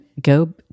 go